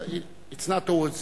it's not towards you.